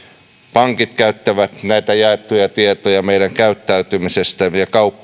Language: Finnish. pankit ja kauppiaat käyttävät näitä jaettuja tietoja meidän käyttäytymisestämme